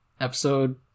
episode